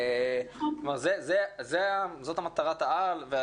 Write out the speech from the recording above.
זאת מטרת העל,